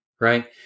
right